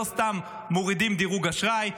לא סתם מורידים דירוג אשראי,